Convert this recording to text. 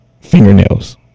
fingernails